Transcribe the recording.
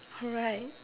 alright